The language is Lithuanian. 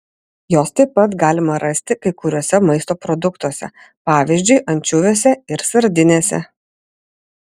jos taip pat galima rasti kai kuriuose maisto produktuose pavyzdžiui ančiuviuose ir sardinėse